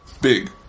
Big